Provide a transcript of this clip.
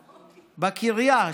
בקריה,